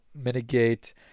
mitigate